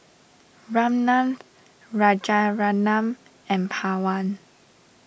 Ramnath Rajaratnam and Pawan